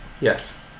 Yes